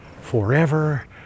forever